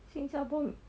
新加坡